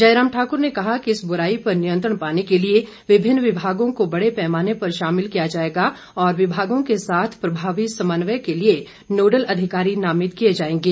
जयराम ठाकुर ने कहा कि इस बुराई पर नियंत्रण पाने के लिए विभिन्न विमागों को बड़े पैमाने पर शामिल किया जाएगा और विमागों के साथ प्रभावी समन्वय के लिए नोडल अधिकारी नामित किए जाएंगे